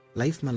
life